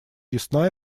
ясна